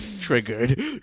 Triggered